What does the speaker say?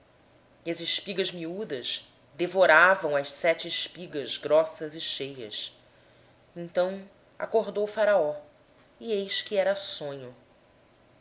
as espigas miúdas devoravam as sete espigas grandes e cheias então faraó acordou e eis que era um sonho